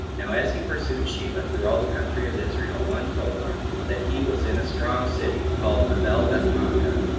now as he pursued sheba through all the country of israel, one told him that he was in a strong city, called abelbeth-maachah.